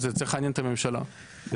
זה צריך לעניין את הממשלה לדעתי.